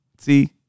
See